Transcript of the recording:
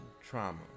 trauma